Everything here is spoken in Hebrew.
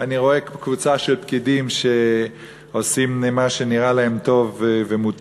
אני רואה קבוצה של פקידים שעושים מה שנראה להם טוב ומותר,